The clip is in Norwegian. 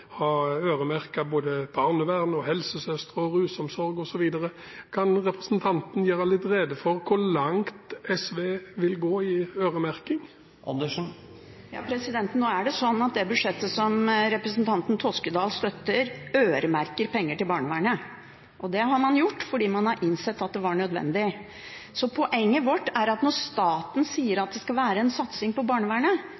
både til barnevern, helsesøstre og rusomsorg osv. Kan representanten gjøre litt rede for hvor langt SV vil gå i øremerking? Nå er det sånn at det budsjettet som representanten Toskedal støtter, øremerker penger til barnevernet. Det har man gjort fordi man har innsett at det var nødvendig. Poenget vårt er at når staten sier